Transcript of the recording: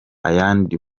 ayandi